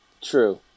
true